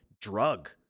drug